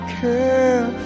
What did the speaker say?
care